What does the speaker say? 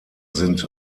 sind